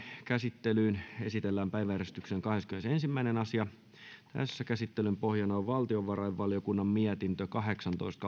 käsittelyyn esitellään päiväjärjestyksen kahdeskymmenesensimmäinen asia käsittelyn pohjana on valtiovarainvaliokunnan mietintö kahdeksantoista